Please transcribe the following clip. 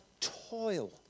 toil